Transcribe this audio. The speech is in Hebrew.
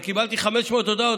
כבר קיבלתי 500 הודעות,